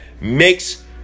makes